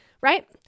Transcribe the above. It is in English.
right